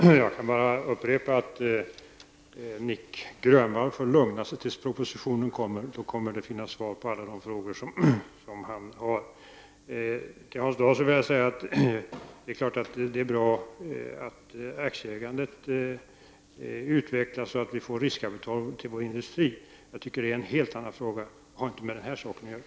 Herr talman! Jag kan bara upprepa att Nic Grönvall får lugna sig tills propositionen kommer. Då kommer det att finnas svar på alla de frågor som han har. Det är klart att det är bra att aktieägandet utvecklas och att vi får riskkapital till industrin, Hans Dau. Men jag tycker att det är en helt annan fråga som inte har med denna sak att göra.